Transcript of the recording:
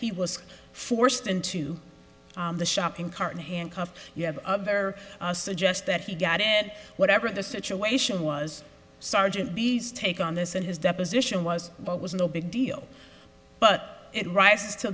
he was forced into the shopping cart handcuffed you have other suggest that he got it whatever the situation was sergeant b s take on this and his deposition was about was no big deal but it rises to